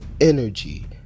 energy